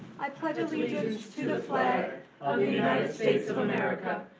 i pledge allegiance to the flag of the united states of america,